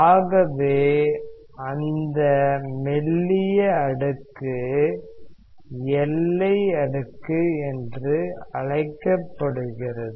ஆகவே அந்த மெல்லிய அடுக்கு எல்லை அடுக்கு என்று அழைக்கப்படுகிறது